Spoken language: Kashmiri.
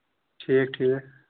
ٹھیٖک ٹھیٖک